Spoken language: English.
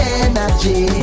energy